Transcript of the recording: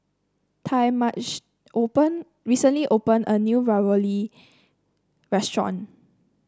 Talmadge open recently opened a new Ravioli restaurant